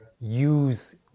use